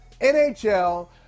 NHL